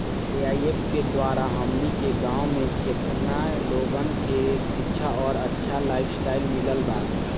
AIF के द्वारा हमनी के गांव में केतना लोगन के शिक्षा और अच्छा लाइफस्टाइल मिलल बा